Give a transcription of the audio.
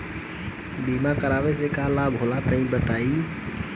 बीमा करावे से का लाभ होला तनि बताई?